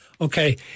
Okay